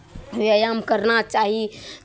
व्यायाम करना चाही